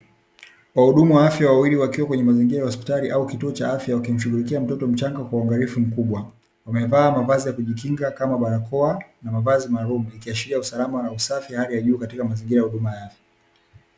Wahudumu wa afya wakiwa wawili wapo, katika mazingira ya hospitali au kituo cha afya wakimshunghulikia mtoto mchanga kwa uangalifu mkubwa. Wamevaa mavazi ya kujikinga, kama vile barakoa na mavazi maalumu, ikiashiria usalama na usafi wa hali ya juu, katika mazingira ya huduma ya afya